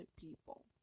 people